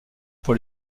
pour